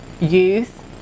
youth